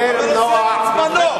כדי למנוע,